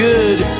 good